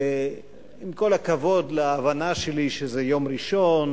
ועם כל הכבוד להבנה שלי שזה יום ראשון,